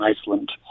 Iceland